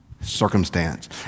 circumstance